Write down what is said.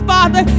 Father